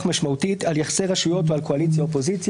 משמעותית על יחסי רשויות ועל קואליציה-אופוזיציה.